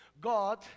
God